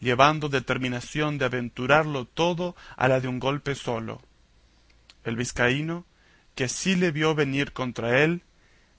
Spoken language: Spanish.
llevando determinación de aventurarlo todo a la de un golpe solo el vizcaíno que así le vio venir contra él